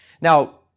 Now